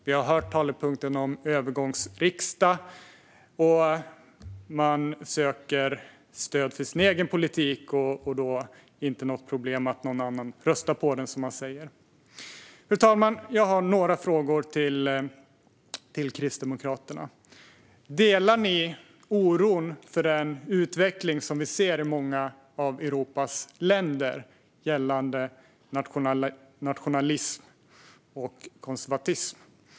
Vi har hört talepunkten om övergångsriksdag. Man söker stöd för sin egen politik. Då är det inte något problem att någon annan röstar på den, som man säger. Fru talman! Jag har några frågor till Kristdemokraterna. Delar ni oron över den utveckling som vi ser i många av Europas länder gällande nationalism och konservatism?